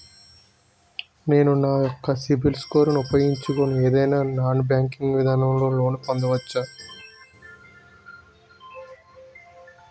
నేను నా యెక్క సిబిల్ స్కోర్ ను ఉపయోగించుకుని ఏదైనా నాన్ బ్యాంకింగ్ విధానం లొ లోన్ పొందవచ్చా?